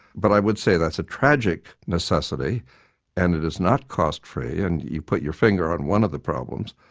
but i would say that's a tragic necessity and it is not cost-free and you put your finger on one of the problems,